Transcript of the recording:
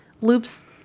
loops